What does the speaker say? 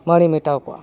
ᱦᱚᱲᱤᱧ ᱢᱮᱛᱟᱣ ᱠᱚᱣᱟ